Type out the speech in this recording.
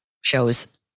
shows